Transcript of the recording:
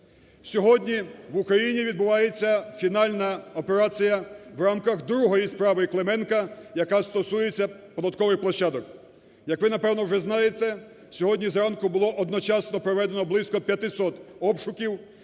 Сьогодні в Україні відбувається фінальна операція в рамках другої справи Клименка, яка стосується податкових площадок. Як ви, напевно, уже знаєте, сьогодні зранку було одночасно проведено близько 500 обшуків,